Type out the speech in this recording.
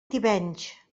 tivenys